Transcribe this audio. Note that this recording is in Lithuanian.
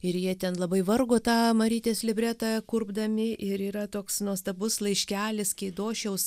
ir jie ten labai vargo tą marytės libretą kurpdami ir yra toks nuostabus laiškelis keidošiaus